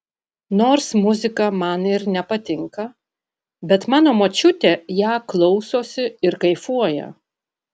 nors muzika man ir nepatinka bet mano močiutė ją klausosi ir kaifuoja